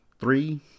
three